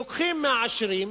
שלוקחים מהעשירים